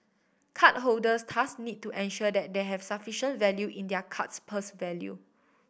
card holders thus need to ensure that they have sufficient value in their card's purse value